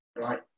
right